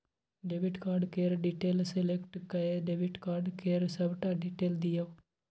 debit card केर detail select कए debit card केर सबटा डिटेल दियौ